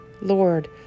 Lord